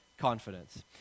confidence